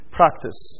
practice